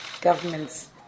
governments